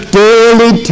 daily